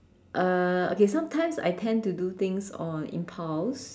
uh okay sometimes I tend to do things on impulse